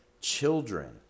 children